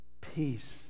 Peace